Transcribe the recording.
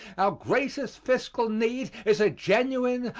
our greatest fiscal need is a genuine,